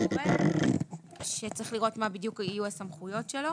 גורם שצריך לראות מה בדיוק יהיו הסמכויות שלו